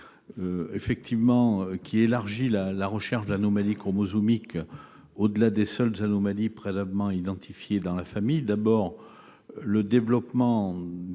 Cet article élargit la recherche d'anomalies chromosomiques au-delà des seules anomalies préalablement identifiées dans la famille. D'abord, le développement des